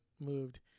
moved